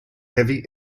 heavy